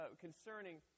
concerning